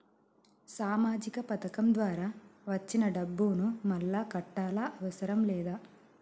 సామాజిక పథకం ద్వారా వచ్చిన డబ్బును మళ్ళా కట్టాలా అవసరం లేదా?